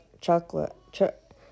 chocolate